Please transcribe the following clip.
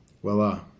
Voila